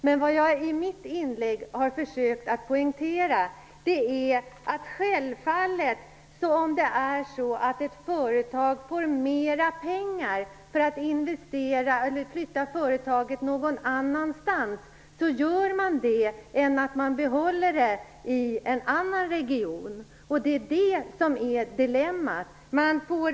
Men vad jag har försökt att poängtera i mitt inlägg är att om ett företag får mera pengar för att flytta någon annanstans gör man självfallet det hellre än stannar kvar i den region man befinner sig i. Det är det som är dilemmat.